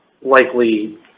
likely